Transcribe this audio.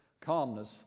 calmness